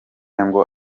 ngo